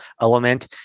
element